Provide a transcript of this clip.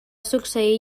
succeir